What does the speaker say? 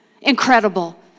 Incredible